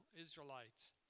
Israelites